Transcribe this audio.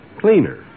cleaner